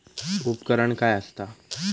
उपकरण काय असता?